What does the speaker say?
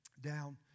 down